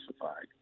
classified